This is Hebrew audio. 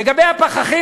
לגבי הפחחים,